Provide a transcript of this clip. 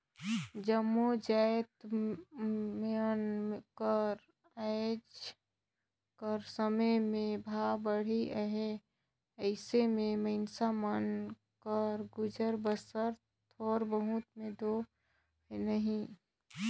जम्मो जाएत मन कर आएज कर समे में भाव बढ़िस अहे अइसे में मइनसे मन कर गुजर बसर थोर बहुत में दो होए नई